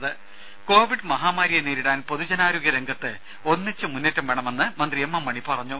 രുദ കോവിഡ് മഹാമാരിയെ നേരിടാൻ പൊതുജനാരോഗ്യ രംഗത്ത് ഒന്നിച്ച് മുന്നേറ്റം വേണമെന്നു മന്ത്രി എം എം മണി പറഞ്ഞു